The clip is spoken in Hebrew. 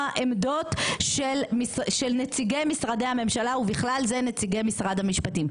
עמדות של נציגי משרדי הממשלה ובכלל זה נציגי משרד המשפטים.